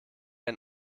ein